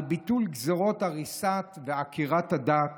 על ביטול גזרות הריסת ועקירת הדת